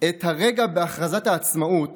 את הרגע בהכרזת העצמאות